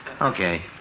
Okay